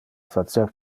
facer